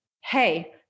Hey